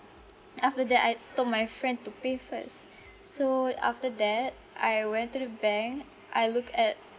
after that I I told my friend to pay first so after that I went to the bank I look at